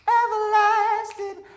everlasting